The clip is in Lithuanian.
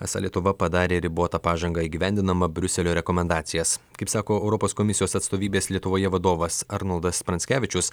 esą lietuva padarė ribotą pažangą įgyvendinama briuselio rekomendacijas kaip sako europos komisijos atstovybės lietuvoje vadovas arnoldas pranckevičius